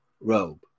robe